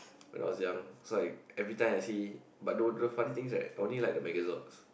when I was young so like every time I see but no the funny thing is that I only like the Megazords